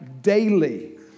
daily